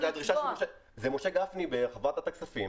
זה משה גפני בוועדת הכספים,